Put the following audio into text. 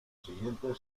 siguiente